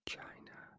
China